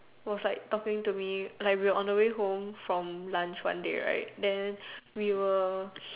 was like talking to me like we were on our way home from lunch one day right then we were